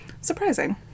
surprising